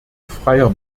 freier